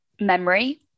memory